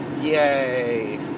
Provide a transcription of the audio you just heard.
Yay